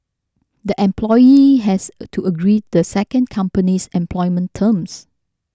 the employee has to agree the second company's employment terms